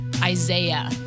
Isaiah